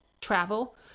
travel